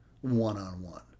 one-on-one